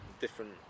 different